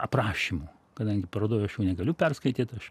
aprašymų kadangi parodoj aš jų negaliu perskaityt aš